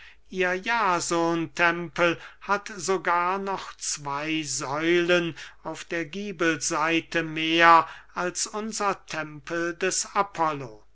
ihr jasonstempel hat sogar noch zwey säulen auf der giebelseite mehr als unser tempel des apollo